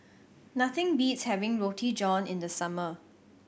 nothing beats having Roti John in the summer